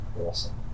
Awesome